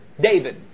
David